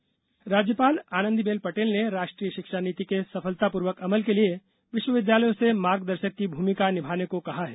शिक्षा नीति राज्यपाल आनंदीबेन पटेल ने राष्ट्रीय शिक्षा नीति के सफलतापूर्वक अमल के लिये विश्वविद्यालयों से मार्गदर्शक की भूमिका निभाने को कहा है